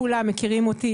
כולנו מכירים אותי,